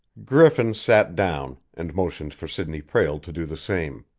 griffin sat down and motioned for sidney prale to do the same.